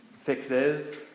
fixes